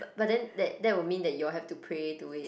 but then that that will mean that you all have to pray to it